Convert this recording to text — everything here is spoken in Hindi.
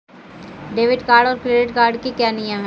डेबिट कार्ड और क्रेडिट कार्ड के क्या क्या नियम हैं?